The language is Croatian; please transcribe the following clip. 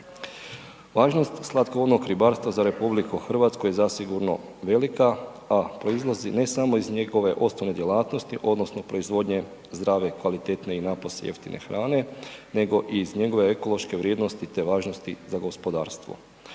Važnost slatkovodnog ribarstva za RH je zasigurno velika a proizlazi ne samo iz njegove osnovne djelatnosti, odnosno proizvodnje zdrave, kvalitetne i napose jeftine hrane nego i iz njegove ekološke vrijednosti te važnosti za gospodarstvo.